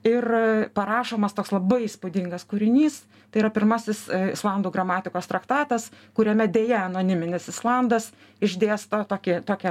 ir parašomas toks labai įspūdingas kūrinys tai yra pirmasis islandų gramatikos traktatas kuriame deja anoniminis islandas išdėsto tokį tokią